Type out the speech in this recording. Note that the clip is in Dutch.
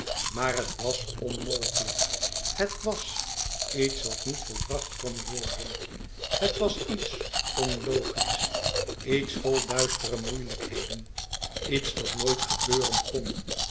maar het wàs onmogelijk het wàs iets wat niet volbracht kon worden het was iets onlogisch iets vol duistere moeielijkheden iets dat nooit gebeuren kon